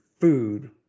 food